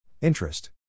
Interest